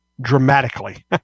dramatically